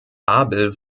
abel